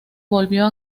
volvió